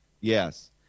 Yes